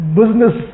business